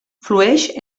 flueix